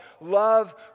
Love